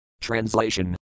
Translation